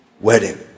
wedding